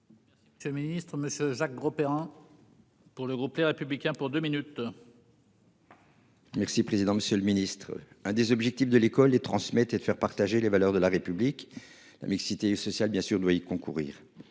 Merci. Ce Ministre monsieur Jacques Grosperrin. Pour le groupe Les Républicains pour 2 minutes. Merci président, Monsieur le Ministre, un des objectifs de l'école et transmettre et de faire partager les valeurs de la République. La mixité sociale bien sûr doit y concourir,